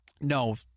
no